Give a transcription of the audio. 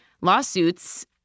lawsuits